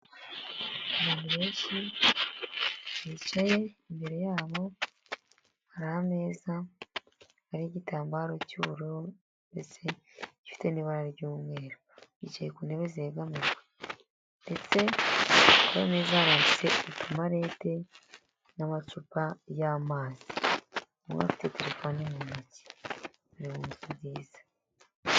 Mu mpeshyi bicaye imbere yabo, hari ameza n'igitambaro cy'ubururu ndetse gifite n' ibara ry'umweru. bicaye ku ntebe zegamiye ndetse bene zaratse kumalete n'amacupa y'amazi. Umwe afite telefone muntoki bibone byiza.